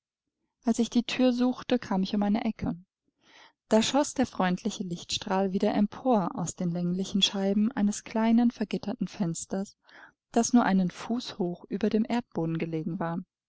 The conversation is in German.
als ich die thür suchte kam ich um eine ecke da schoß der freundliche lichtstrahl wieder empor aus den länglichen scheiben eines kleinen vergitterten fensters das nur einen fuß hoch über dem erdboden gelegen war